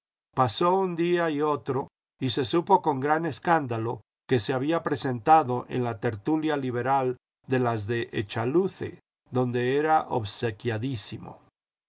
pasó un día y otro y se supo con gran escándalo que se había presentado en la tertulia liberal de las de echaluce donde era obsequiadísimo